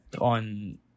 on